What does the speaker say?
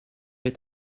est